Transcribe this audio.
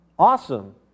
Awesome